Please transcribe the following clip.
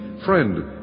Friend